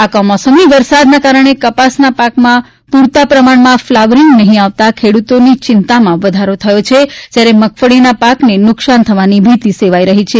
આ કમોસમી વરસાદના કારણે કપાસના પાકમાં પૂરતા પ્રમાણમાં ફ્લાવરિંગ નહીં આવતા ખેડૂતોની ચિંતામાં વધરો થયો છે જ્યારે મગફળીના પાકને નુકસાન થવાની ભીતિ પણ સેવાઈ રહી છે